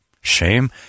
Shame